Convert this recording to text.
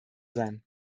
sein